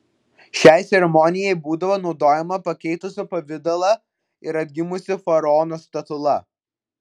šiai ceremonijai būdavo naudojama pakeitusio pavidalą ir atgimusio faraono statula